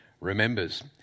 remembers